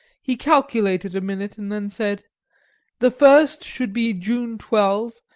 he calculated a minute, and then said the first should be june twelve,